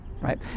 right